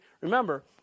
Remember